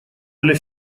для